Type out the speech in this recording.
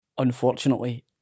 Unfortunately